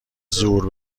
زور